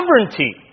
sovereignty